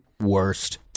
worst